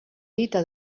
dita